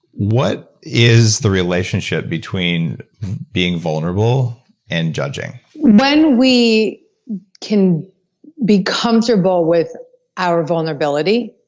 what is the relationship between being vulnerable and judging? when we can be comfortable with our vulnerability,